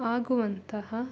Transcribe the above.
ಆಗುವಂತಹ